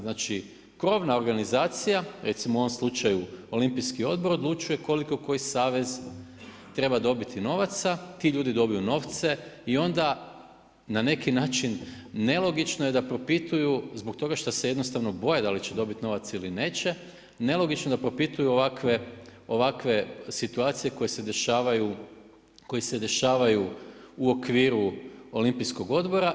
Znači krovna organizacija, recimo u ovom slučaju Olimpijski odbor odlučuje koliko koji savez treba dobiti novaca, ti ljudi dobiju novce i onda na neki način nelogično je da propituju zbog toga šta se jednostavno boje da li će dobiti novac ili neće, nelogično je da propituju ovakve situacije koje se dešavaju u okviru Olimpijskog odbora.